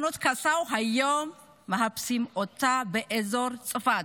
מחפשים היום את היימנוט קסאו באזור צפת.